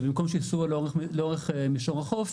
במקום שיסעו לאורך מישור החוף,